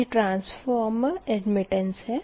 यह transformer admittance है